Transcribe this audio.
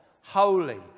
Holy